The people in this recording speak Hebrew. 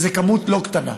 וזה לא מספר קטן.